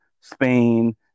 Spain